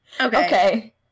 Okay